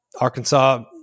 Arkansas